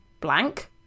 blank